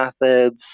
methods